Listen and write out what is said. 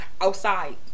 outside